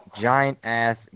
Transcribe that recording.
giant-ass